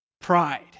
Pride